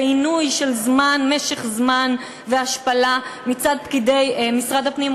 ועינוי של משך זמן והשפלה מצד פקידי משרד הפנים,